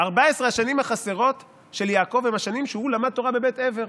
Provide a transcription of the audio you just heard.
14 השנים החסרות של יעקב הן השנים שבהן הוא למד תורה בבית עבר,